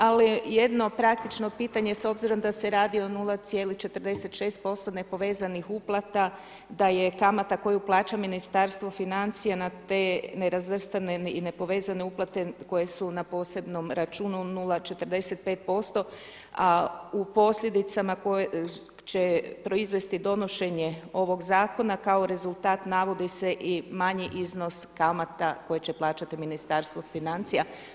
Ali, jedno praktično pitanje s obzirom da se radi o 0,46% nepovezanih uplata, da je kamata koju plaća Ministarstvo financija na te nerazvrstane i nepovezane uplate koje su na posebnom računu 0,45%, a u posljedicama koje će proizvesti donošenje ovog zakona, kao rezultat, navodi se i manji iznos kamata koje će plaćati Ministarstvo financija.